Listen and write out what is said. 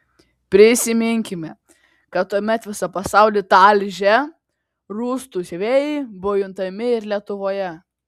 prisiminkime kad tuomet visą pasaulį talžę rūstūs vėjai buvo juntami ir lietuvoje